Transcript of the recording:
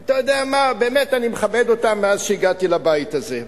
שבאמת אני מכבד אותם מאז הגעתי לבית הזה.